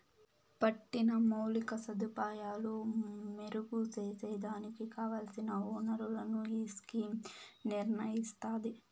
పట్టిన మౌలిక సదుపాయాలు మెరుగు సేసేదానికి కావల్సిన ఒనరులను ఈ స్కీమ్ నిర్నయిస్తాది